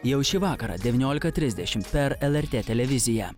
jau šį vakarą devyniolika trisdešim per elartė televiziją